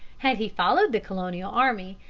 had he followed the colonial army,